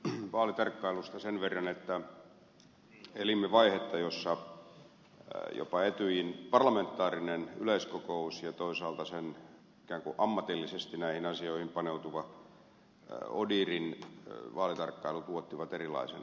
ensin vaalitarkkailusta sen verran että elimme vaihetta jossa jopa etyjin parlamentaarinen yleiskokous ja toisaalta sen ikään kuin ammatillisesti näihin asioihin paneutuva odihrin vaalitarkkailu tuottivat erilaisen filosofian